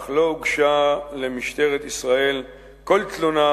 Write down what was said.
אך לא הוגשה למשטרת ישראל כל תלונה